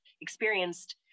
experienced